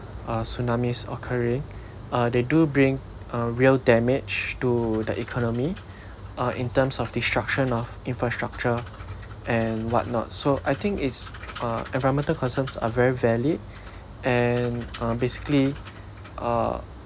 uh tsunamis occurring uh they do bring uh real damage to the economy uh in terms of destruction of infrastructure and whatnot so I think it's uh environmental concerns are very valid and um basically uh